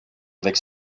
avec